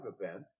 event